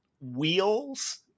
wheels